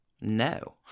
No